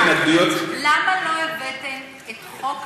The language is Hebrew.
מההתנגדויות, אדוני השר, למה לא הבאתם את חוק